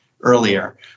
earlier